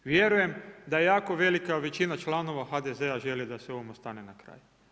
Vjerujem da je jako velika većina članova HDZ-a želi da se ovome stane na kraj.